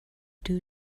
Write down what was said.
due